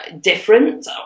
different